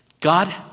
God